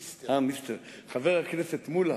חבר הכנסת מולה,